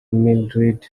mildrid